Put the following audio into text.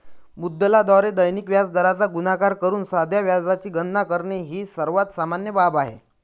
मुद्दलाद्वारे दैनिक व्याजदराचा गुणाकार करून साध्या व्याजाची गणना करणे ही सर्वात सामान्य बाब आहे